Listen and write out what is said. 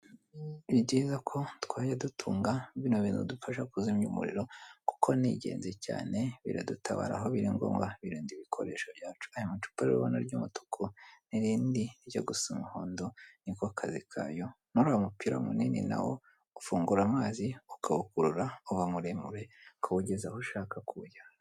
Ni byiza ko twajya dutunga bino bintu bidufasha kuzimya umuriro kuko ni ingenzi cyane biradutabara aho biri ngombwa birinda ibikoresho byacu ayamacupabu ry'umutuku n'irindi ryo gusa umuhondo niko kazi kayo nuriya mupira munini nawo ufungura amazi ukawukurura uba muremure ukawugeza aho ushaka kuwujyana.